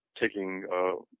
taking